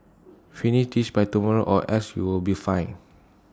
finish this by tomorrow or else you'll be fired